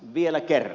vielä kerran